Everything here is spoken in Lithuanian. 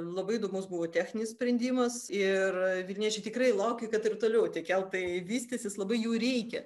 labai įdomus buvo techninis sprendimas ir vilniečiai tikrai laukė kad ir toliau keltai vystysis labai jų reikia